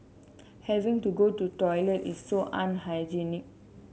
having to go to toilet is so unhygienic